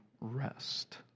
rest